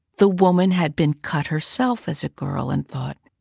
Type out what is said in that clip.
the woman had been cut herself as a girl and thought,